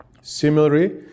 Similarly